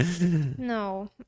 No